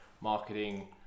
marketing